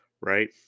right